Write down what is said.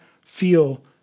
feel